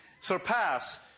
surpass